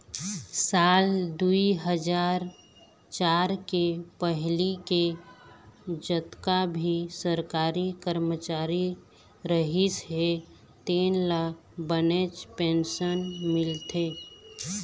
साल दुई हजार चार के पहिली के जतका भी सरकारी करमचारी रहिस हे तेन ल बनेच पेंशन मिलथे